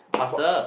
but